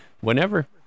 Whenever